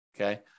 okay